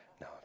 No